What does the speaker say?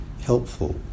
helpful